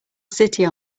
city